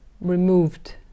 removed